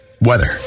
Weather